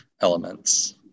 elements